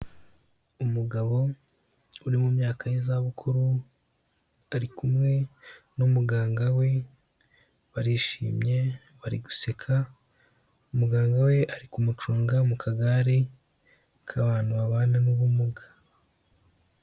Umugabo uri mu myaka y'izabukuru, ari kumwe n'umuganga we barishimye, bari guseka, muganga we ari kumucunga mu kagare k'abantu babana n'ubumuga.